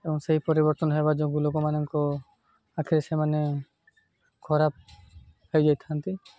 ଏବଂ ସେହି ପରିବର୍ତ୍ତନ ହେବା ଯୋଗୁଁ ଲୋକମାନଙ୍କ ପାଖରେ ସେମାନେ ଖରାପ ହେଇଯାଇଥାନ୍ତି